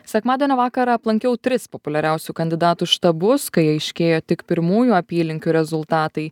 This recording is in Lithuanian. sekmadienio vakarą aplankiau tris populiariausių kandidatų štabus kai aiškėjo tik pirmųjų apylinkių rezultatai